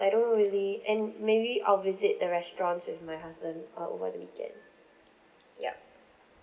I don't really and maybe I'll visit the restaurants with my husband uh over the weekends yup